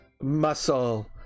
muscle